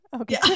okay